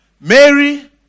Mary